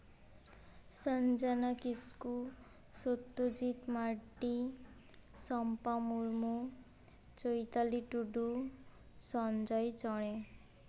Sanjana Kisku Satyajit Mandi Sompa Murmu Chaitali Tudu Sanjay Chore